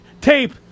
tape